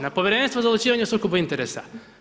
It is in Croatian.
Na Povjerenstvo o odlučivanje o sukobu interesa.